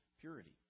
purity